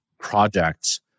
projects